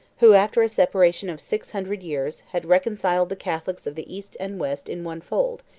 who, after a separation of six hundred years, had reconciled the catholics of the east and west in one fold,